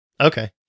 okay